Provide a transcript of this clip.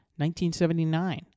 1979